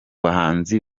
bahanzi